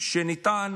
שניתן